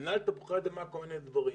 כנ"ל תפוחי אדמה וכל מיני דברים.